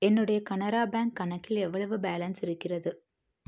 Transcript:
என்னுடைய கனரா பேங்க் கணக்கில் எவ்வளவு பேலன்ஸ் இருக்கிறது